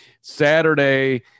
Saturday